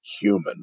human